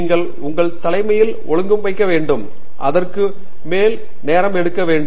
நீங்கள் உங்கள் தலைமையில் ஒழுங்கமைக்க வேண்டும் அதற்கு மேல் நேரம் எடுக்க வேண்டும்